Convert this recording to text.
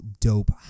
dope